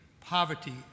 poverty